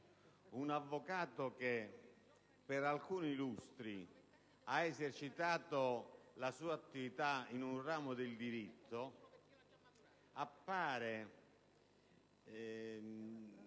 un avvocato che per alcuni lustri abbia esercitato la sua attività in un ramo del diritto debba